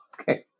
okay